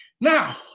Now